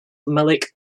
malik